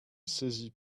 saisis